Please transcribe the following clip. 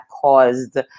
caused